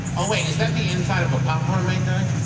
oh, wait. is that the inside of a popcorn maker?